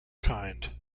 kind